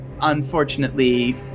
unfortunately